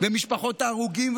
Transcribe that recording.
משפחות ההרוגים,